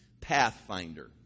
pathfinder